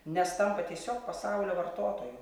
nes tampa tiesiog pasaulio vartotoju